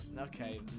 okay